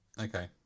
Okay